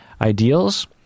ideals